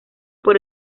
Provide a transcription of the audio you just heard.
por